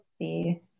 see